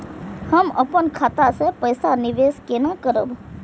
हम अपन खाता से पैसा निवेश केना करब?